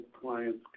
clients